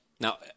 now